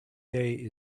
day